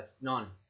None